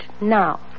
now